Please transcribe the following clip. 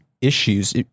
issues